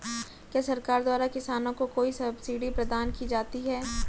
क्या सरकार द्वारा किसानों को कोई सब्सिडी प्रदान की जाती है?